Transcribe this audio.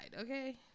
Okay